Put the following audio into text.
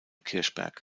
kirchberg